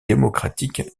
démocratique